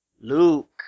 Luke